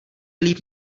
líp